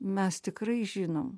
mes tikrai žinom